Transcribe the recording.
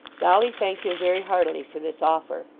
dolly thanked him very heartily for this offer,